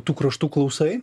tų kraštų klausai